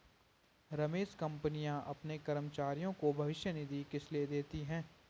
रमेश कंपनियां अपने कर्मचारियों को भविष्य निधि किसलिए देती हैं?